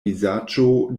vizaĝo